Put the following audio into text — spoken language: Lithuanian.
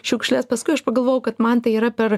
šiukšles paskui aš pagalvojau kad man tai yra per